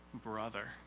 brother